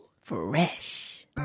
Fresh